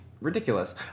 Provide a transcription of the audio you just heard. ridiculous